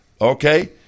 okay